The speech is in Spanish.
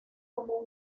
como